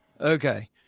Okay